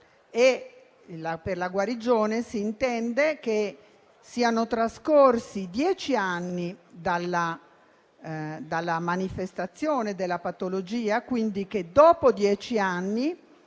per guarigione si intende che siano trascorsi dieci anni dalla manifestazione della patologia. Quindi, dopo dieci anni,